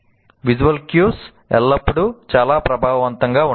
visual cues ఎల్లప్పుడూ చాలా ప్రభావవంతంగా ఉంటాయి